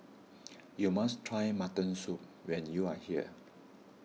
you must try Mutton Soup when you are here